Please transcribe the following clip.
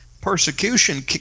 persecution